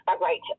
right